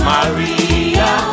Maria